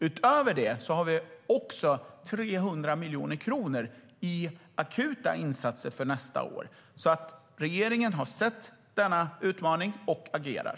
Utöver det har vi 300 miljoner kronor till akuta insatser nästa år. Regeringen har alltså sett denna utmaning och agerar.